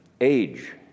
age